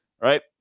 right